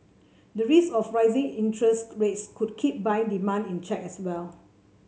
the risk of rising interest rates could keep buying demand in check as well